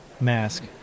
mask